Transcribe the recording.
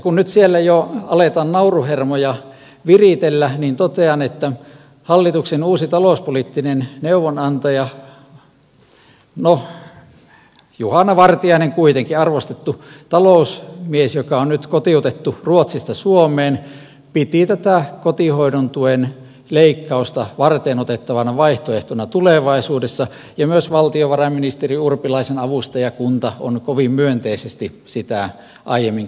kun nyt siellä jo aletaan nauruhermoja viritellä niin totean että hallituksen uusi talouspoliittinen neuvonantaja no juhana vartiainen kuitenkin arvostettu talousmies joka on nyt kotiutettu ruotsista suomeen piti tätä kotihoidon tuen leikkausta varteenotettavana vaihtoehtona tulevaisuudessa ja myös valtiovarainministeri urpilaisen avustajakunta on kovin myönteisesti sitä aiemmin kommentoinut